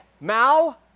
Mao